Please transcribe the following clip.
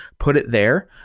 put it there,